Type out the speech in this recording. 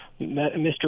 Mr